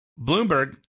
Bloomberg